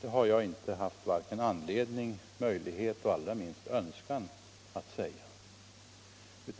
Det har jag inte haft vare sig anledning, möjlighet eller — allra minst — önskan att säga.